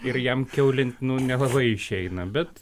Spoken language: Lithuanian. ir jam kiaulint nelabai išeina bet